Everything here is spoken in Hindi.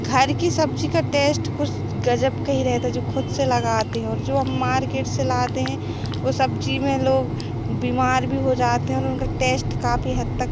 घर की सब्ज़ी का टेश्ट कुछ गज़ब का ही रहता है जो ख़ुद से लगाते हैं और जो हम मार्केट से लाते हैं वह सब्ज़ी में लोग बीमार भी हो जाते हैं और उनका टैस्ट काफी हद तक